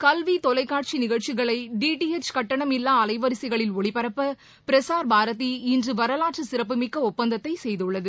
கல்வி தொலைக்காட்சி நிகழ்ச்சிகளை டி டி ஹெச் கட்டணம் இல்லா அலைவரிசைகளில் ஒளிபரப்ப பிரசார் பாரதி இன்று வரலாற்று சிறப்பு மிக்க ஒப்பந்தத்தை செய்துள்ளது